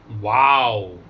Wow